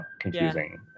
confusing